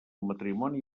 matrimoni